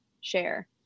share